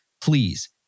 please